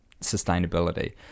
sustainability